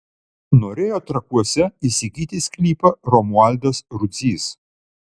norėjo trakuose įsigyti sklypą romualdas rudzys